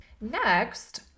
Next